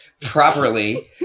properly